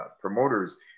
promoters